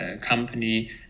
Company